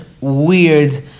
weird